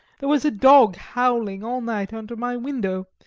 there was a dog howling all night under my window,